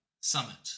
Summit